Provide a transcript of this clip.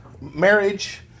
marriage